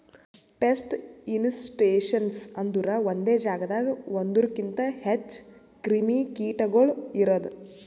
pest infestations ಅಂದುರ್ ಒಂದೆ ಜಾಗದಾಗ್ ಒಂದೂರುಕಿಂತ್ ಹೆಚ್ಚ ಕ್ರಿಮಿ ಕೀಟಗೊಳ್ ಇರದು